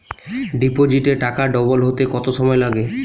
ডিপোজিটে টাকা ডবল হতে কত সময় লাগে?